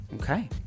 Okay